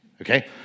okay